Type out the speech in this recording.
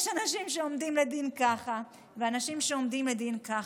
יש אנשים שעומדים לדין ככה ואנשים שעומדים לדין ככה,